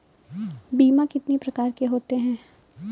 बीमा कितनी प्रकार के होते हैं?